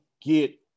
get